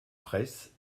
fraysse